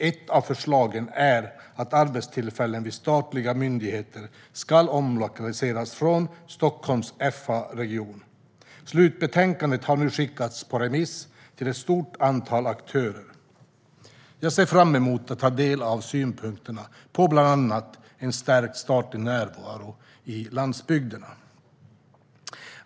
Ett av förslagen är att arbetstillfällen vid statliga myndigheter ska omlokaliseras från Stockholms FA-region. Slutbetänkandet har nu skickats på remiss till ett stort antal aktörer. Jag ser fram emot att ta del av synpunkter på bland annat en stärkt statlig närvaro i landsbygderna.